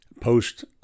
post